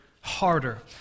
harder